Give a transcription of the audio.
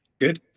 Good